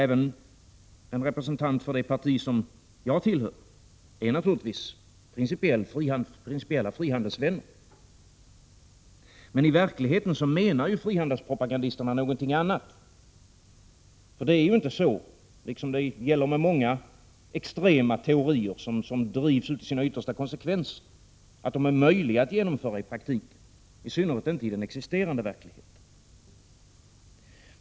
Även en representant för det parti som jag tillhör är naturligtvis principiellt frihandelsvän. Men i verkligheten menar frihandelspropagandisterna något annat. Liksom många andra extrema teorier som drivs till sina yttersta konsekvenser är frihandelsidén inte möjlig att genomföra i praktiken, i synnerhet inte i den existerande verkligheten.